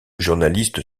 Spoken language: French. journaliste